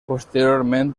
posteriorment